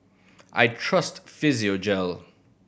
I trust Physiogel